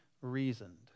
reasoned